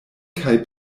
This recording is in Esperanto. kaj